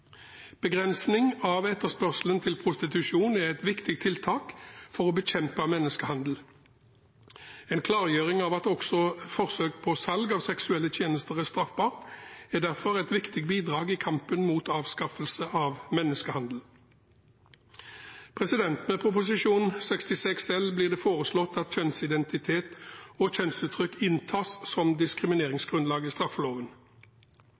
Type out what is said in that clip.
Begrensning av etterspørselen til prostitusjon er et viktig tiltak for å bekjempe menneskehandel. En klargjøring av at også forsøk på salg av seksuelle tjenester er straffbart, er derfor et viktig bidrag i kampen for avskaffelse av menneskehandel. I Prop. 66 L blir det foreslått at kjønnsidentitet og kjønnsuttrykk inntas som diskrimineringsgrunnlag i straffeloven.